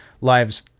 lives